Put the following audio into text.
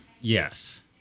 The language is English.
Yes